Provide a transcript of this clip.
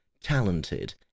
talented